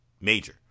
major